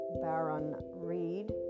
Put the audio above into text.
Baron-Reed